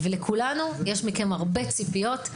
יש לכולנו הרבה ציפיות מכם.